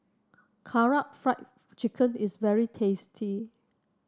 Karaage Fried Chicken is very tasty